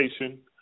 education